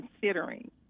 considering